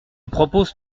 propose